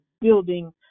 building